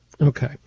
Okay